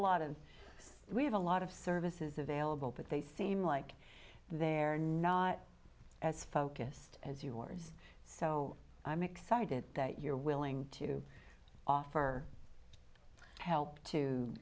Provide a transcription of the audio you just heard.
lot of we have a lot of services available but they seem like they're not as focused as yours so i'm excited that you're willing to offer help to